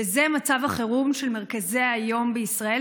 וזה מצב החירום של מרכזי היום בישראל,